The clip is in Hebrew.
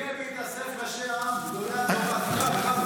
והינה בהתאסף ראשי עם, גדולי התורה.